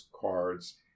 cards